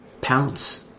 Pounce